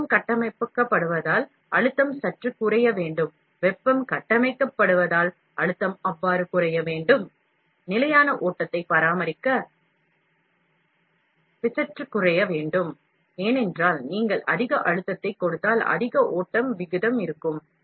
வெப்பம் கட்டமைக்கப்படுவதால் அழுத்தம் சற்று குறைய வேண்டும் வெப்பம் கட்டமைக்கப்படுவதால் அழுத்தம் அவ்வாறு குறைய வேண்டும் நிலையான ஓட்டத்தை பராமரிக்க பி சற்று குறைய வேண்டும் ஏனென்றால் நீங்கள் அதிக அழுத்தத்தை கொடுத்தால் அதிக ஓட்ட விகிதம் இருக்கும்